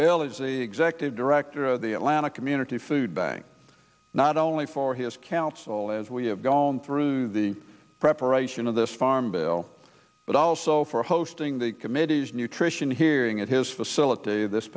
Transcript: a executive director of the atlanta community food bank not only for his council as we have gone through the preparation of this farm bill but also for hosting the committees nutrition hearing at his facility this